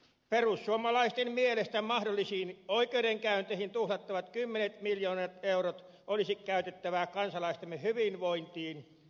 perussuomalaisten mielestä mahdollisiin oikeudenkäynteihin tuhlattavat kymmenet miljoonat eurot olisi käytettävä kansalaistemme hyvinvointiin